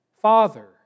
Father